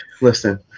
Listen